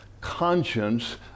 conscience